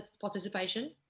participation